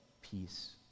peace